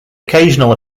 occasional